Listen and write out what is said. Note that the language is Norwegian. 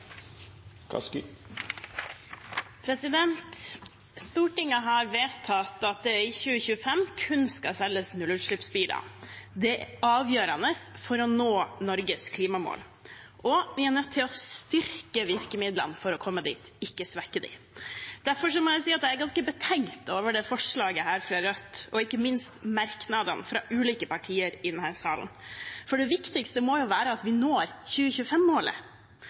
avgjørende for å nå Norges klimamål, og vi er nødt til å styrke virkemidlene for å komme dit, ikke svekke dem. Derfor må jeg si at jeg er ganske betenkt over dette forslaget fra Rødt, og ikke minst merknadene fra ulike partier i denne salen. Det viktigste må jo være at vi når